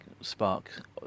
Spark